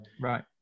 Right